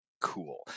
cool